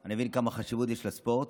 אני מבין כמה חשיבות יש לספורט.